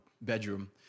bedroom